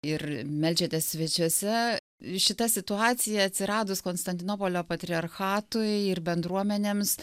ir meldžiatės svečiuose šita situacija atsiradus konstantinopolio patriarchatui ir bendruomenėms